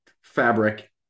Fabric